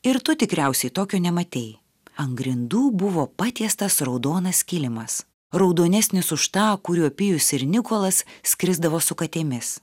ir tu tikriausiai tokio nematei ant grindų buvo patiestas raudonas kilimas raudonesnis už tą kuriuo pijus ir nikolas skrisdavo su katėmis